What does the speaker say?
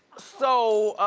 so,